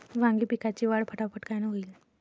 वांगी पिकाची वाढ फटाफट कायनं होईल?